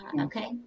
Okay